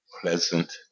pleasant